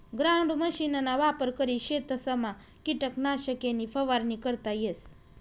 ground मशीनना वापर करी शेतसमा किटकनाशके नी फवारणी करता येस